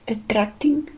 Attracting